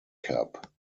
cup